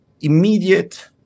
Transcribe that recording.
immediate